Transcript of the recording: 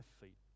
feet